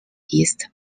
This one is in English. east